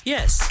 Yes